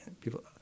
people—